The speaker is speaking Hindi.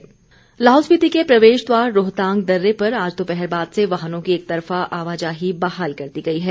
रोहतांग दर्रा लाहौल स्पीति के प्रवेश द्वार रोहतांग दर्रे पर आज दोपहर बाद से वाहनों की एकतरफा आवाजाही बहाल कर दी गई है